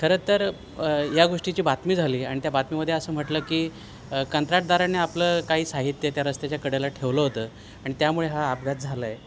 खरं तर या गोष्टीची बातमी झाली आणि त्या बातमीमध्ये असं म्हटलं की कंत्राटदाराने आपलं काही साहित्य त्या रस्त्याच्या कड्याला ठेवलं होतं आणि त्यामुळे हा आपघात झाला आहे